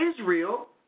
Israel